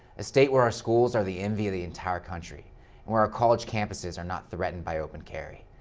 state where our schools are the envy of the entire country and where our college campuses are not threatened by open carry.